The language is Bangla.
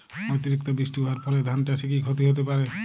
অতিরিক্ত বৃষ্টি হওয়ার ফলে ধান চাষে কি ক্ষতি হতে পারে?